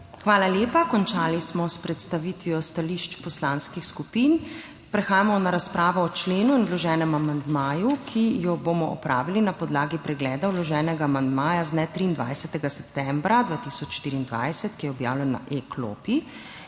Hvala lepa. Končali smo s predstavitvijo stališč poslanskih skupin. Prehajamo na razpravo o členu in vloženem amandmaju, ki jo bomo opravili na podlagi pregleda vloženega amandmaja z dne 23. septembra 2024, ki je objavljen na e-klopi.